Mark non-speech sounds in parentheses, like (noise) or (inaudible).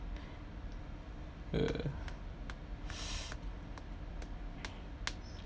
err (breath)